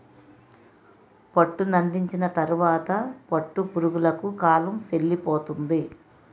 పట్టునందించిన తరువాత పట్టు పురుగులకు కాలం సెల్లిపోతుంది